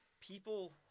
people